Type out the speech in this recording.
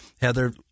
heather